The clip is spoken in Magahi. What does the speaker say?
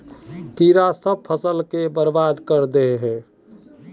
कीड़ा सब फ़सल के बर्बाद कर दे है?